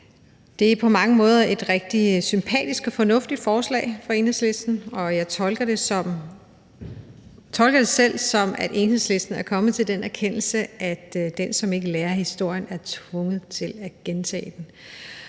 Det er på mange måder et rigtig sympatisk og fornuftigt forslag fra Enhedslisten, og jeg tolker det selv, som om Enhedslisten er kommet til den erkendelse, at den, som ikke lærer af historien, er tvunget til at gentage den.